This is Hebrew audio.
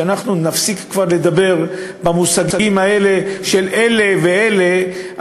שאנחנו נפסיק כבר לדבר במושגים האלה של אלה ואלה,